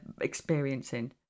experiencing